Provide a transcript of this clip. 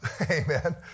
Amen